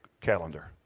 calendar